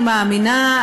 אני מאמינה,